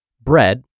bread